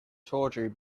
tawdry